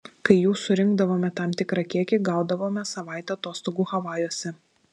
kai jų surinkdavome tam tikrą kiekį gaudavome savaitę atostogų havajuose